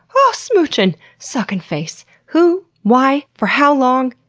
oh smoochin'! suckin' face. who? why? for how long?